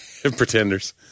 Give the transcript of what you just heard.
pretenders